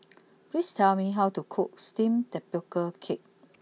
please tell me how to cook Steamed Tapioca Cake